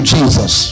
Jesus